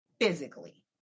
physically